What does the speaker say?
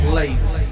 late